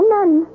None